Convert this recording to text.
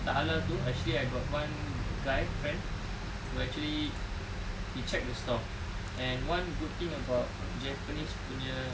tak halal tu actually I got one guy friend who actually he checked the stall and one good thing about japanese punya